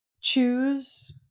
choose